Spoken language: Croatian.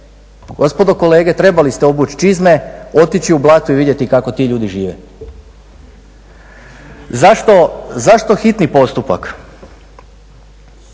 Gospodo kolege trebali ste obući čizme, otići u blato i vidjeti kako ti ljudi žive. Zašto hitni postupak?